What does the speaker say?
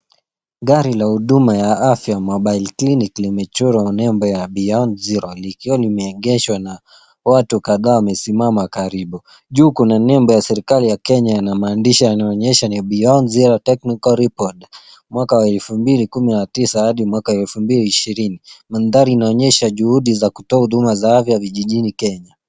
Gari la huduma ya afya la mobile clinic limechorwa nembe ya Beyond Zero likiwa limeegezwa na watu kadhaa wamesimama karibu. Juu kuna nembe ya serikali ya Kenya ya maandishi yanayoonyesha Beyond Zero Technical Board mwaka wa elfu mbili kumi na tisa Hadi mwaka wa elfu mbili ishirini. Mandhari inaonyesha juhudi za kutoka huduma za afya vijijini Kenya.